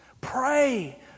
Pray